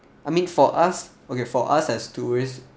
I mean for us okay for us as tourists